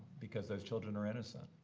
because those children are innocent.